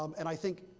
um and i think,